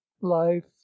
life